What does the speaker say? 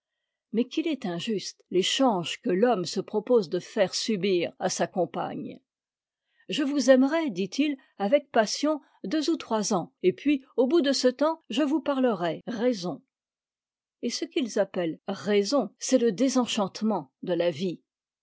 mais qu'il est injuste t'échange que l'homme se propose de faire subir à sa compagne je vous aimerai dit-il avec passion deux ou trois ans et puis au bout de ce temps je vous parlerai raison et ce qu'ils appellent raison c'est le désenchantement de la vie